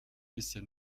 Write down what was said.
bisher